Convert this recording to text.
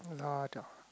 Lada